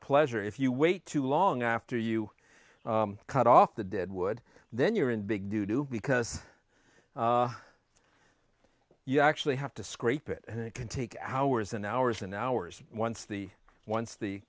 pleasure if you wait too long after you cut off the dead wood then you're in big new because you actually have to scrape it and it can take hours and hours and hours once the once the